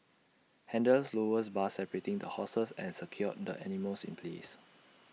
handlers lowered bars separating the horses and secured the animals in place